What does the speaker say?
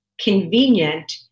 convenient